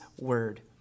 Word